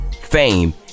fame